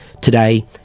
today